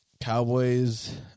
Cowboys